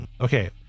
Okay